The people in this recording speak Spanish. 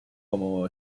como